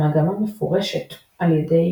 המגמה מפורשת על ידי